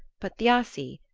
but thiassi,